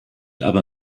aber